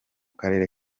karere